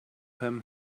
him